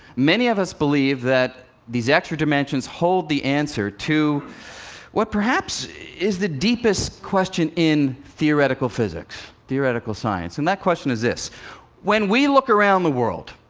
many of us believe that these extra dimensions hold the answer to what perhaps is the deepest question in theoretical physics, theoretical science. and that question is this when we look around the world,